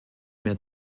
mehr